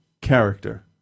character